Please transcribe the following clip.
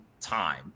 time